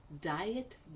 diet